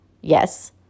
yes